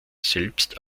selbst